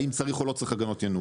האם צריך או לא צריך הגנות ינוקא,